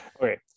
okay